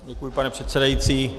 Děkuji, pane předsedající.